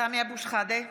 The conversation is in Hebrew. סמי אבו שחאדה,